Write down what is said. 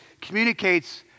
communicates